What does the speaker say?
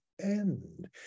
end